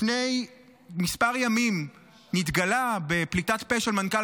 לפני כמה ימים נתגלה בפליטת פה של מנכ"ל